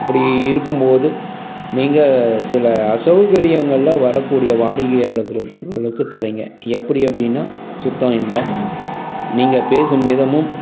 அப்படி இருக்கும்போது நீங்கள் சில அசௌகரியங்களில் வரக்கூடிய வாடிக்கையாளர்களுகளுக்கு தரிங்க எப்படி அப்டின்னா சுத்தம் இல்லை நீங்கள் பேசும் விதமும்